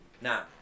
now